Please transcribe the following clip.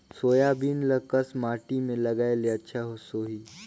Soybean ल कस माटी मे लगाय ले अच्छा सोही?